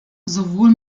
sowohl